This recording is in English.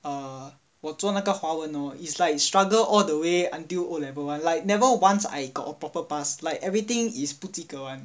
uh 我做那个华文 hor is like struggle all the way until o level one like never once I got a proper pass like everything is 不及格 [one]